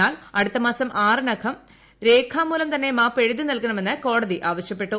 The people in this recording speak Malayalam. എന്നാൽ അടുത്തമാസം ആറിനകം രേഖാമൂലം തന്നെ മാപ്പ് എഴുതി നൽകണമെന്ന് കോടതി ആവശ്യപ്പെട്ടു